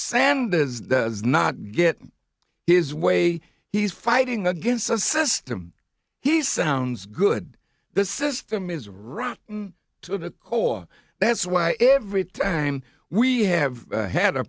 sanders does not get his way he's fighting against a system he sounds good the system is rotten to the core that's why every time we have had a